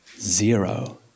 Zero